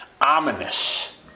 ominous